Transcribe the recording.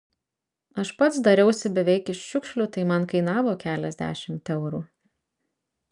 aš pats dariausi beveik iš šiukšlių tai man kainavo keliasdešimt eurų